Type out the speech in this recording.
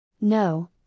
No